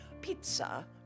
pizza